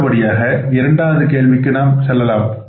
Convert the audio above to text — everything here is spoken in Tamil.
அடுத்தபடியாக இரண்டாவது கேள்விக்கு நாம் செல்லலாம்